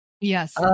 Yes